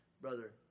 brother